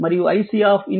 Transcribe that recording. మరియు iC∞